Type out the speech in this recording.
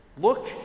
Look